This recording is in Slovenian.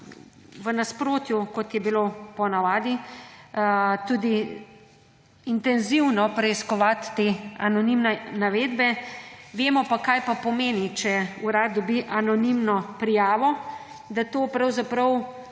v nasprotju kot je bilo ponavadi, tudi intenzivno preiskovati te anonimne navedbe. Vemo pa, kaj pomeni, če Urad dobi anonimno prijavo, da to pravzaprav lahko